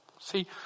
See